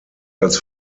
als